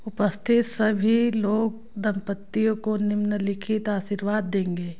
उपस्थित सभी लोग दंपति को निम्नलिखित आशीर्वाद देंगे